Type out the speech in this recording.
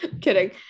Kidding